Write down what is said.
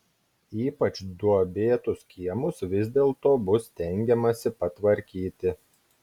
ypač duobėtus kiemus vis dėlto bus stengiamasi patvarkyti